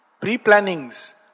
pre-plannings